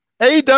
AW